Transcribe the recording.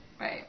Right